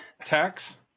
tax